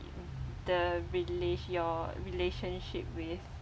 the rela~ your relationship with